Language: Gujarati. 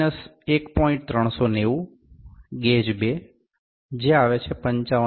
390 Gauge2 ગેજ 2 55